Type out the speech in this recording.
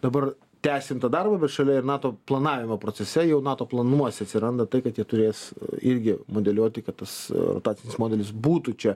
dabar tęsim tą darbą bet šalia ir nato planavimo procese jau nato planuose atsiranda tai kad jie turės irgi modeliuoti kad tas etatinis modelis būtų čia